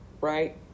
Right